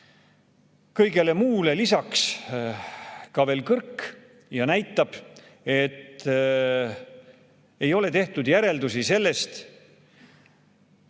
kõigele muule lisaks ka veel kõrk ja näitab, et ei ole tehtud järeldusi sellest,